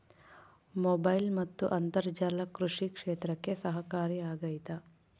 Mobile ಮತ್ತು ಅಂತರ್ಜಾಲ ಕೃಷಿ ಕ್ಷೇತ್ರಕ್ಕೆ ಸಹಕಾರಿ ಆಗ್ತೈತಾ?